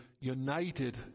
united